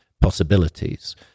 possibilities